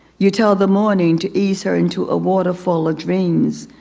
you tell the morning to ease her into a waterfall of dreams,